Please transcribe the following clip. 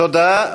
תודה.